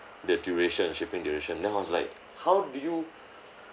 the duration shipping duration then I was like how do you